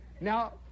Now